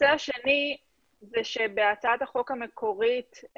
בהצעת החוק המקורית,